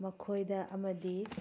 ꯃꯈꯣꯏꯗ ꯑꯃꯗꯤ